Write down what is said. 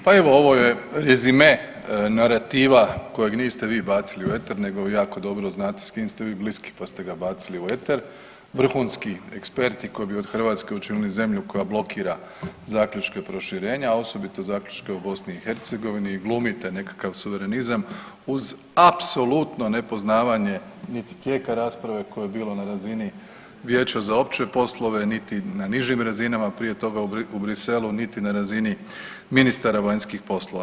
Pa evo, ovo je rezime narativa kojeg niste vi bacili u eter nego jako dobro znate s kim ste vi bliski pa ste ga bacili u eter, vrhunski eksperti koji bi od Hrvatske učinili zemlju koja blokira zaključke proširenja, a osobito zaključke o BiH i glumite nekakav suverenizam uz apsolutno nepoznavanje niti tijeka rasprave koja je bila na razini Vijeća za opće poslove, niti na nižim razinama prije toga u Briku u Bruxellesu, niti na razini ministara vanjskih poslova.